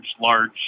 large